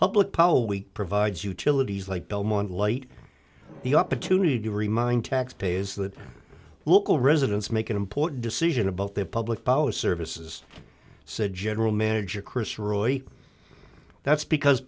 public poll week provides utilities like belmont light the opportunity to remind taxpayers that local residents make an important decision about their public policy voces said general manager chris roy that's because